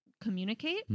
communicate